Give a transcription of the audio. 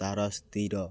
ତା'ର ସ୍ଥିର